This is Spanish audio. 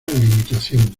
limitación